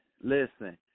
listen